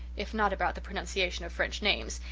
if not about the pronunciation of french names,